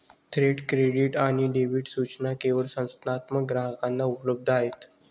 थेट क्रेडिट आणि डेबिट सूचना केवळ संस्थात्मक ग्राहकांना उपलब्ध आहेत